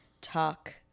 talk